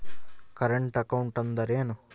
Current account ಅಂದರೇನು?